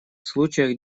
случаях